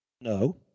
No